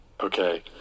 okay